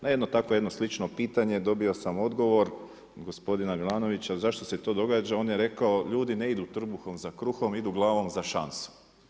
Na jedno tako jedno slično pitanje dobio sam odgovor gospodina Milanovića zašto se to događa, on je rekao ljudi ne idu trbuhom za kruhom idu glavom za šansom.